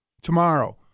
Tomorrow